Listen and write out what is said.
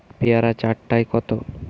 পেয়ারা চার টায় কত?